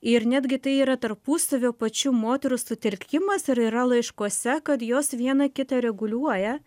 ir netgi tai yra tarpusavio pačių moterų sutelkimas ir yra laiškuose kad jos viena kitą reguliuoja